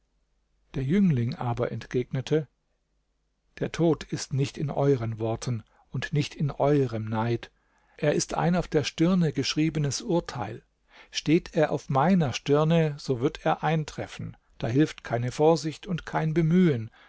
der jüngling aber entgegnete der tod ist nicht in euren worten und nicht in eurem neid er ist ein auf der stirne geschriebenes urteil steht er auf meiner stirne so wird er eintreffen da hilft keine vorsicht und kein bemühen